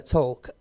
Talk